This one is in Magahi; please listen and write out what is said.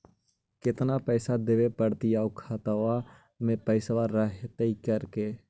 केतना पैसा देबे पड़तै आउ खातबा में पैसबा रहतै करने?